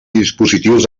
dispositius